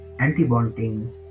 antibonding